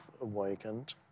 awakened